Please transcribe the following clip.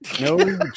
no